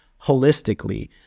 holistically